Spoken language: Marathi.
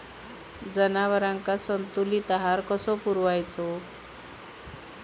जनावरांका संतुलित आहार कसो पुरवायचो?